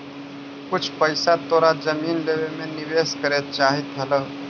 कुछ पइसा तोरा जमीन लेवे में निवेश करे चाहित हलउ